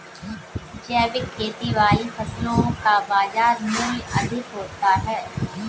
जैविक खेती वाली फसलों का बाजार मूल्य अधिक होता है